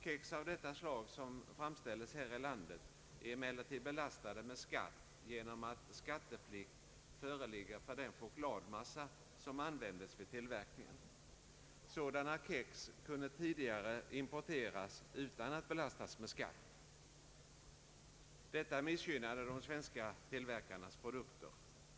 Kex av detta slag som framställs här i landet är emellertid belastade med skatt genom att skatteplikt föreligger för den chokladmassa som används vid tillverkningen. Sådana kex kunde tidigare importeras utan att belastas med skatt. Detta missgynnade de svenska tillverkarnas produkter.